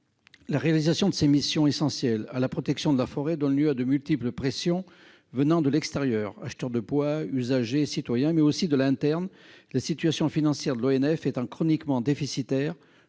La réalisation de ces missions essentielles à la protection de la forêt donne lieu à de multiples pressions venant de l'extérieur- acheteurs de bois, usagers, citoyens ...-, mais aussi de l'interne : la situation financière de l'ONF étant chroniquement déficitaire,